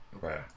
Right